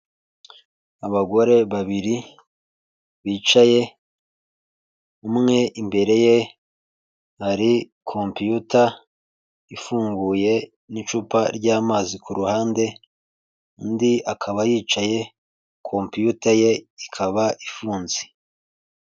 Abagore babiri bicaye, umwe imbere ye hari kompiyuta ifunguye n'icupa ry'amazi ku ruhande, undi akaba yicaye kompiyuta ye ikaba ifunze.